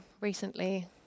recently